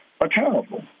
accountable